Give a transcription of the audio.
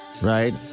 right